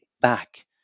back